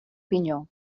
pinyó